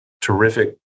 terrific